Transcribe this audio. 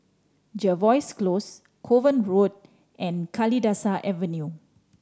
Jervois Close Kovan Road and Kalidasa Avenue